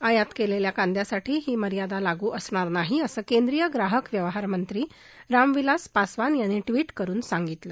आयात केलेल्या कांद्यासाठी ही मर्यादा लागू असणार नाही असं केंद्रीय ग्राहक व्यवहारमंत्री रामविलास पासवान यांनी ट्वीट करून सांगितलं